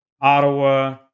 Ottawa